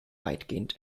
weitgehend